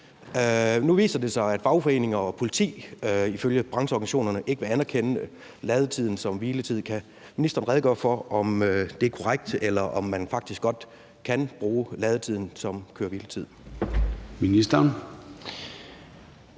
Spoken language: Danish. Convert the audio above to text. Nu viser det sig, at fagforeninger og politi ifølge brancheorganisationerne ikke vil anerkende ladetiden som hviletid. Kan ministeren redegøre for, om det er korrekt, eller om man faktisk godt kan bruge ladetiden som hviletid?